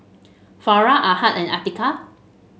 Farah Ahad and Atiqah